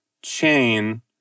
chain